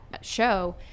show